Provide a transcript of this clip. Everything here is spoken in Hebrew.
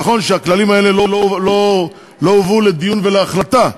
נכון שהכללים האלה לא הובאו לדיון ולהחלטה,